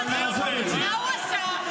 מה, מה הוא עשה?